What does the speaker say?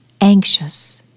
anxious